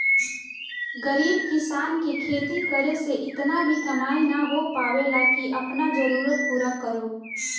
गरीब किसान के खेती करे से इतना भी कमाई ना हो पावेला की आपन जरूरत पूरा करो